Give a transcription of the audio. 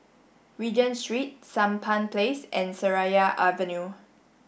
Regent Street Sampan Place and Seraya Avenue